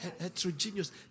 Heterogeneous